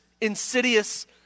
insidious